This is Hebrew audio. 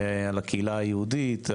על הקהילה היהודית,